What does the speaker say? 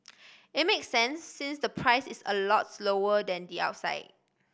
it make sense since the price is a lot lower than the outside